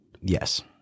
Yes